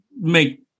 make